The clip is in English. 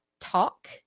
talk